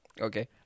Okay